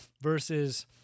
versus